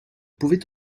pouvait